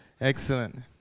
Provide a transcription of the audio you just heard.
Excellent